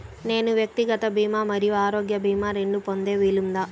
నేను వ్యక్తిగత భీమా మరియు ఆరోగ్య భీమా రెండు పొందే వీలుందా?